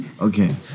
okay